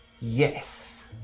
Yes